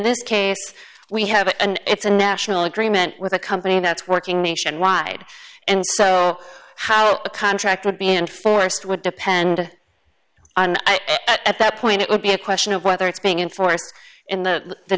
this case we have and it's a national agreement with a company that's working nationwide and so how the contract would be enforced would depend on at that point it would be a question of whether it's being enforced in the the